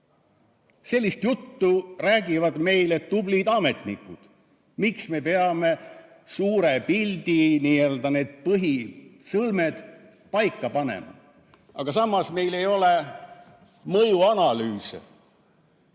Sellist juttu räägivad meile tublid ametnikud, miks me peame suure pildi n-ö põhisõlmed paika panema. Aga samas meil ei ole mõjuanalüüse.